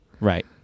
Right